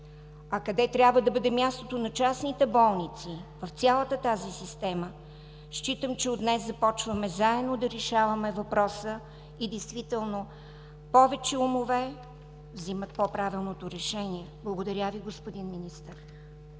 А къде трябва да бъде мястото на частните болници в цялата тази система? Считам, че от днес започваме заедно да решаваме въпроса и действително повече умове взимат по-правилното решение. Благодаря Ви, господин Министър.